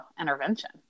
intervention